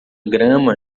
grama